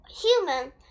human